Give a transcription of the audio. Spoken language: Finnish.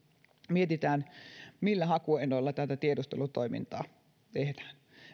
mietitään millä hakuehdoilla tiedustelutoimintaa tehdään